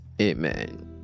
amen